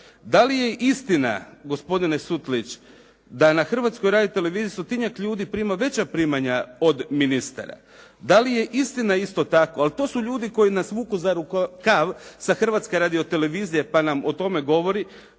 Dali je istina gospodine Sutlić da na Hrvatskoj radioteleviziji stotinjak ljudi prima veća primanja od ministara? Dali je istina isto tako, ali to su ljudi koji nas vuku za rukav sa Hrvatske radiotelevizije pa nam o tome govori